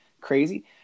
crazy